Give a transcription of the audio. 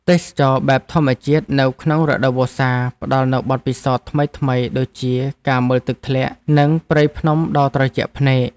ទេសចរណ៍បែបធម្មជាតិនៅក្នុងរដូវវស្សាផ្តល់នូវបទពិសោធន៍ថ្មីៗដូចជាការមើលទឹកធ្លាក់ និងព្រៃភ្នំដ៏ត្រជាក់ភ្នែក។